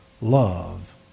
love